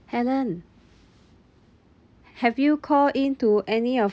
helen have you called in to any of